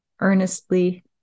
earnestly